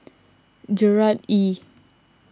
Gerard Ee